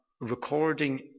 recording